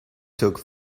took